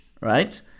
right